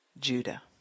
Judah